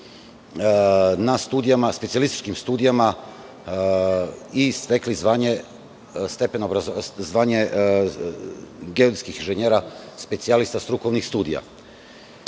na studijama, na specijalističkim studijama i stekli znanje geodetskih inženjera specijalista strukovnih studija. Na